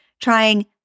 trying